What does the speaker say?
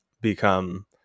become